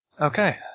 Okay